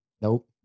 Nope